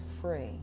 free